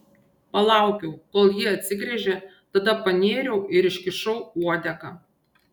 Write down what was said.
palaukiau kol ji atsigręžė tada panėriau ir iškišau uodegą